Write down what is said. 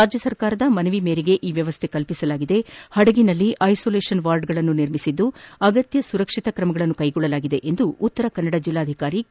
ರಾಜ್ಯ ಸರ್ಕಾರದ ಮನವಿ ಮೇರೆಗೆ ಈ ವ್ಯವಸ್ಥೆ ಕಲ್ಪಿಸಲಾಗಿದೆ ಹಡಗಿನಲ್ಲಿ ಐಸೋಲೇಷನ್ ವಾರ್ಡ್ಗಳನ್ನು ನಿರ್ಮಿಸಿದ್ದು ಅಗತ್ಯ ಸುರಕ್ಷಿತ ತ್ರಮಗಳನ್ನು ಕೈಗೊಳ್ಳಲಾಗಿದೆ ಎಂದು ಉತ್ತರ ಕನ್ನಡ ಜಿಲ್ಲಾಧಿಕಾರಿ ಕೆ